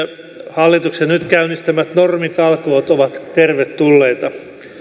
hallituksen nyt käynnistämät normitalkoot ovat tervetulleita